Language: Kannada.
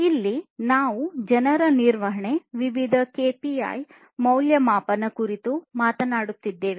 ಇಲ್ಲಿ ನಾವು ಜನರ ನಿರ್ವಹಣೆ ವಿವಿಧ ಕೆಪಿಐ ಗಳ ಮೌಲ್ಯಮಾಪನ ಕುರಿತು ಮಾತನಾಡುತ್ತಿದ್ದೇವೆ